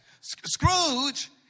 Scrooge